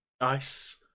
nice